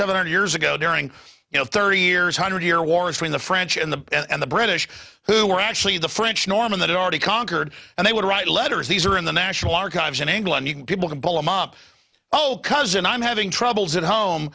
hundred years ago during you know thirty years hundred year wars when the french and the and the british who were actually the french norman that already conquered and they would write letters these are in the national archives in england you can people to bowl mom oh cousin i'm having troubles at home